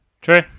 True